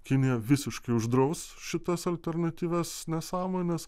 kinija visiškai uždraus šitas alternatyvias nesąmones